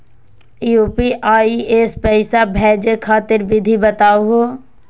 UPI स पैसा भेजै खातिर विधि बताहु हो?